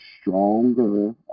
stronger